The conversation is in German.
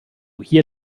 hier